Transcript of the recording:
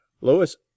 Lois